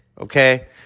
okay